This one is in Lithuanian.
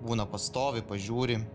būna pastovi pažiūri